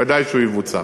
ודאי שהוא יבוצע.